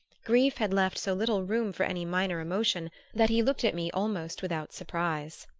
grief had left so little room for any minor emotion that he looked at me almost without surprise.